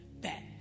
back